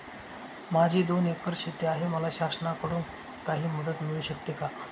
माझी दोन एकर शेती आहे, मला शासनाकडून काही मदत मिळू शकते का?